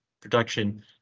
production